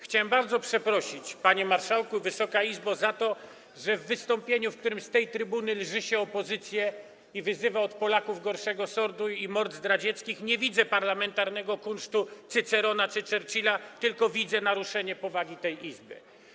Chciałem bardzo przeprosić, panie marszałku, Wysoka Izbo, za to, że w wystąpieniu, w którym z tej trybuny lży się opozycję i wyzywa od Polaków gorszego sortu i mord zdradzieckich, nie widzę parlamentarnego kunsztu Cycerona czy Churchilla, tylko widzę naruszenie powagi tej Izby.